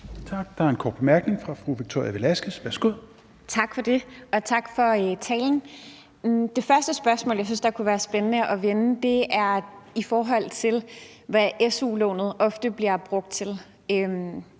Tak. Der er en kort bemærkning fra fru Victoria Velasquez. Værsgo. Kl. 16:20 Victoria Velasquez (EL): Tak for det, og tak for talen. Det første spørgsmål, jeg synes kunne være spændende at vende, er i forhold til, hvad su-lånet ofte bliver brugt til.